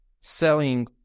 selling